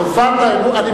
חובת האמון, לציבור בלבד.